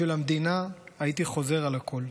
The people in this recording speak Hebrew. בשביל המדינה הייתי חוזר על הכול.